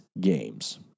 games